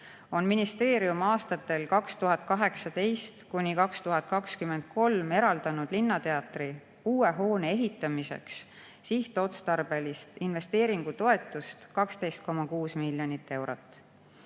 on ministeerium aastatel 2018–2023 eraldanud linnateatri uue hoone ehitamiseks sihtotstarbelist investeeringutoetust 12,6 miljonit eurot.